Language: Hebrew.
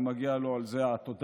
ומגיעה לו על זה התודה,